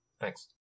Thanks